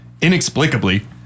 inexplicably